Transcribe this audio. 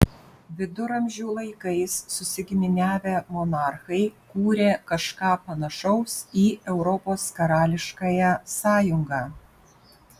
viduramžių laikais susigiminiavę monarchai kūrė kažką panašaus į europos karališkąją sąjungą